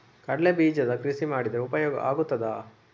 ಕಡ್ಲೆ ಬೀಜದ ಕೃಷಿ ಮಾಡಿದರೆ ಉಪಯೋಗ ಆಗುತ್ತದಾ?